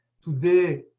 today